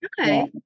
Okay